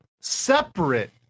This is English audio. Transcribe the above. separate